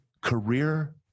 career